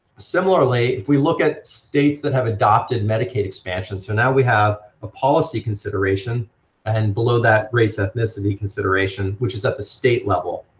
similarly, if we look at states that have adopted medicaid expansion, so now we have a policy consideration and below that race ethnicity consideration, which is at the state level,